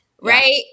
Right